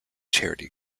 charity